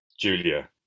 Julia